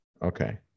Okay